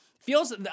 Feels